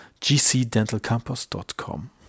gcdentalcampus.com